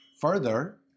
Further